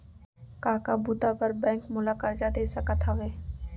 का का बुता बर बैंक मोला करजा दे सकत हवे?